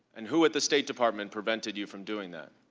and who at the state department prevented you from doing that?